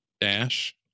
dash